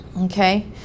okay